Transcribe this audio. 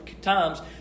times